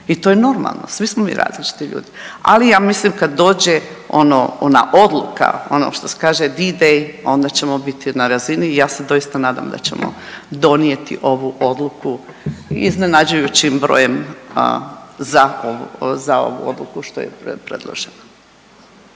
i to je normalno, svi smo mi različiti ljudi. Ali ja mislim kad dođe ona odluke ono što se kaže D Day onda ćemo biti na razini i ja se doista nadam da ćemo donijeti ovu odluku iznenađujućim brojem za ovu odluku što je predložena.